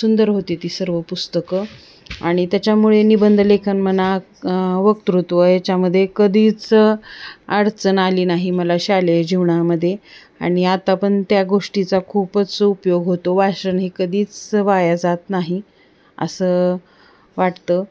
सुंदर होती ती सर्व पुस्तकं आणि त्याच्यामुळे निबंध लेखन म्हणा वक्तृत्व याच्यामध्ये कधीच अडचण आली नाही मला शालेय जीवनामध्ये आणि आता पणत्या गोष्टीचा खूपच उपयोग होतो वाचन हे कधीच वाया जात नाही असं वाटतं